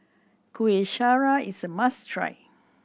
Kuih Syara is a must try